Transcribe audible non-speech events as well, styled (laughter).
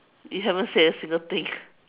you haven't said a single thing (laughs)